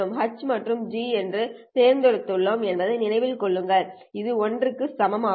H மற்றும் G ஐ நாம் தேர்ந்தெடுத்துள்ளோம் என்பதை நினைவில் கொள்ளுங்கள் இது 1 க்கு சமம் ஆகும்